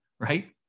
right